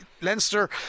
Leinster